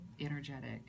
energetic